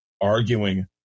arguing